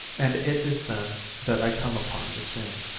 and it is then that i come upon the scene.